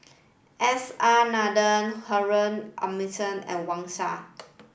S R Nathan Harun and Wang Sha